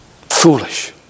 Foolish